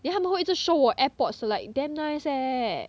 then 他们会一直 show 我 airpods like damn nice eh